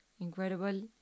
incredible